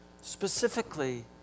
Specifically